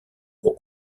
pour